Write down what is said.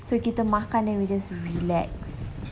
so kita makan then we just relax